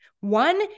One